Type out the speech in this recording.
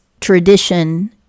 tradition